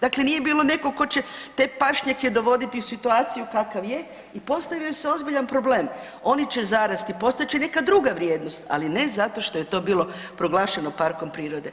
dakle nije bilo nekog tko će te pašnjake dovoditi u situaciju kakav je i postavio se ozbiljan problem, oni će zarasti postat će neka druga vrijednost ali ne zato što je to bilo proglašeno parkom prirode.